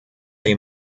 they